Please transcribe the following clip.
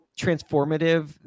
transformative